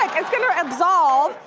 like it's gonna absolve.